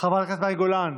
חברת הכנסת מאי גולן,